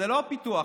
זה לא רק פיתוח,